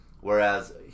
Whereas